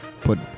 put